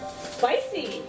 spicy